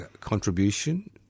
contribution